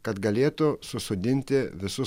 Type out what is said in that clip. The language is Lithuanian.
kad galėtų susodinti visus